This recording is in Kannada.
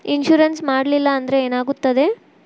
ಇನ್ಶೂರೆನ್ಸ್ ಮಾಡಲಿಲ್ಲ ಅಂದ್ರೆ ಏನಾಗುತ್ತದೆ?